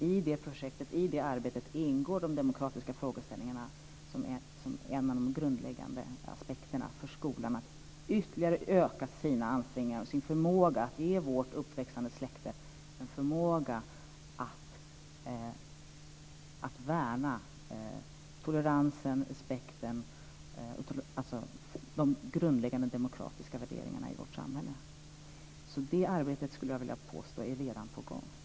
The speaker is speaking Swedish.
I det arbetet vet jag att de demokratiska frågeställningarna ingår som en av de grundläggande aspekterna för att skolan ytterligare ska öka sina ansträngningar att ge vårt uppväxande släkte en förmåga att värna toleransen och respekten, alltså de grundläggande demokratiska värderingarna i vårt samhälle. Jag skulle alltså vilja påstå att det arbetet redan är på gång.